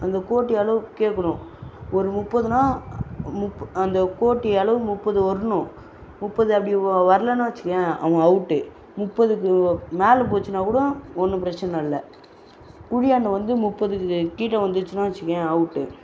அந்த கோட்டியளவு கேட்கணும் ஒரு முப்பதுன்னா மு அந்த கோட்டி அளவு முப்பது வரணும் முப்பது அப்படி வரலன்னு வச்சுக்கோயன் அவங்க அவுட்டு முப்பதுக்கு மேலே போச்சுனாங்கூட ஒன்று பிரச்சனை இல்லை குழியாண்ட வந்து முப்பதுக்கு கீழே வந்துடுச்சுன்னா வச்சுக்கோயன் அவுட்டு